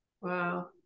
Wow